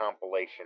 compilation